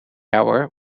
hour